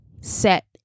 set